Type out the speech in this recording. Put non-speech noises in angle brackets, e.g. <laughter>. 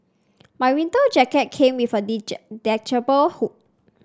my winter jacket came with a <unintelligible> detachable hood